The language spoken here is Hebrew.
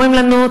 אומרים לנו,